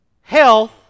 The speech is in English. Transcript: Health